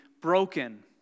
broken